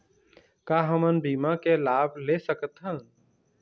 का हमन बीमा के लाभ ले सकथन?